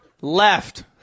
Left